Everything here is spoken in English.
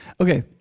Okay